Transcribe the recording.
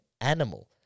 animal